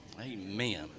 Amen